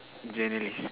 journalist